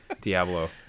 Diablo